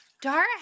Dara